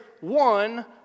one